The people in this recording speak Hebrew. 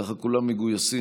כולם מגויסים.